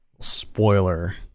spoiler